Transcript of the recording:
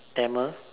Tamil